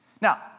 Now